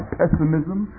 pessimism